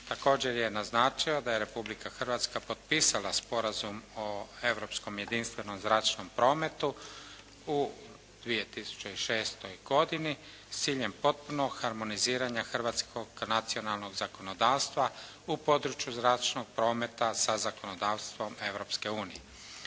Također je naznačio da je Republika Hrvatska potpisala Sporazum o europskom jedinstvenom zračnom prometu u 2006. godini s ciljem potpunog harmoniziranja hrvatskog nacionalnog zakonodavstva u području zračnog prometa sa zakonodavstvom Europske unije.